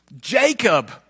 Jacob